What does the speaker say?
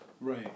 Right